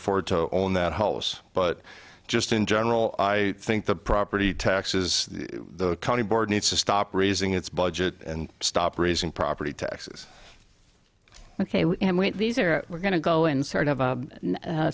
afford to own that house but just in general i think the property taxes the county board needs to stop raising its budget and stop raising property taxes ok these are we're going to go in sort of